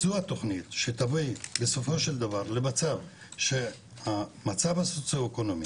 זו התוכנית שתביא בסופו של דבר לכך שהמצב הסוציו-אקונומי יעלה,